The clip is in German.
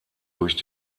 durch